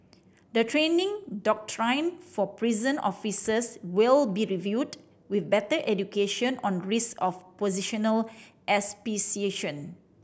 the training doctrine for prison officers will be reviewed with better education on risk of positional asphyxiation